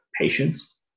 patients